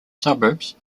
suburbs